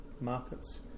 markets